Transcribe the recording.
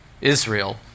Israel